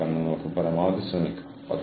നിങ്ങൾ ഒരു ജോലി ചെയ്യേണ്ടതുണ്ട്